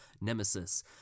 Nemesis